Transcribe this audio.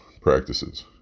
practices